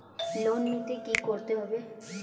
Loan নিতে কী করতে হবে?